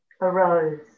arose